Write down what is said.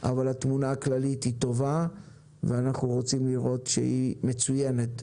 אבל התמונה הכללית היא טובה ואנחנו רוצים לראות שהיא מצוינת,